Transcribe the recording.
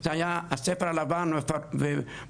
זה היה הספר הלבן ובלפור,